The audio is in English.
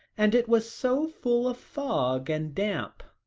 and it was so full of fog and damp,